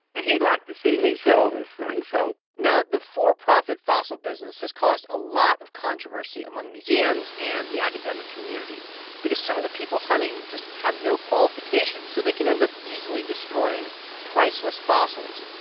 and he'd like to see me sell this thing. so. now, the for-profit fossil business has caused a lot of controversy among museums and the academic community because some of the people hunting just have no qualifications. so they can end up easily destroying priceless fossils.